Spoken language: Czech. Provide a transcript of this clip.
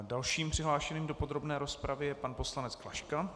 Dalším přihlášeným do podrobné rozpravy je pan poslanec Klaška.